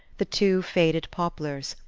the two faded poplars,